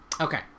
Okay